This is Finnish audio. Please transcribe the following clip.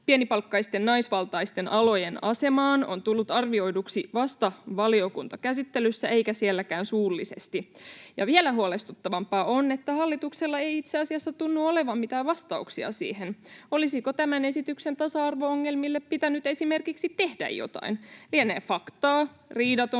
pienipalkkaisten naisvaltaisten alojen asemaan on tullut arvioiduksi vasta valiokuntakäsittelyssä eikä sielläkään suullisesti, ja vielä huolestuttavampaa on, että hallituksella ei itse asiassa tunnu olevan mitään vastauksia siihen. Olisiko tämän esityksen tasa-arvo-ongelmille pitänyt esimerkiksi tehdä jotain. Lienee faktaa, riidatonta,